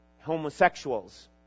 homosexuals